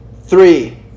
three